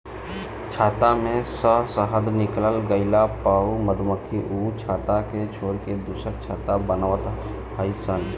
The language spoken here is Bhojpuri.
छत्ता में से शहद निकल गइला पअ मधुमक्खी उ छत्ता के छोड़ के दुसर छत्ता बनवत हई सन